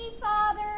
father